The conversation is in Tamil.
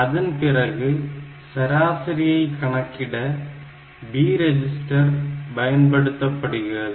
அதன் பிறகு சராசரியை கணக்கிட B ரெஜிஸ்டர் பயன்படுத்தப்படுகிறது